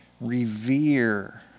revere